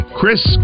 Chris